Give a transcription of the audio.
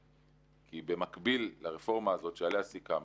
כי במקביל לרפורמה הזאת שעליה סיכמנו,